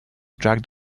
dragged